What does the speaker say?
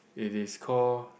it is called